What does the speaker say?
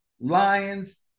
Lions